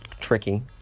tricky